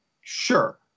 Sure